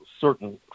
certain